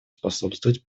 способствовать